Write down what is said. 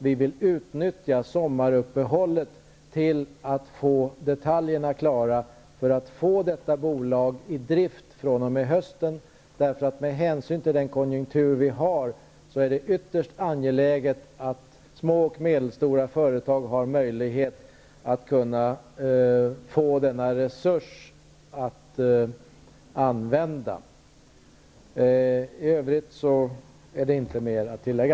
Vi vill utnyttja sommaruppehållet till att få detaljerna klara för att få detta bolag i drift fr.o.m. hösten. Med hänsyn till den konjunktur vi har, är det ytterst angeläget att små och medelstora företag får möjlighet att kunna utnyttja denna resurs. I övrigt har jag inte mer att tillägga.